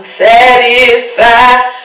satisfied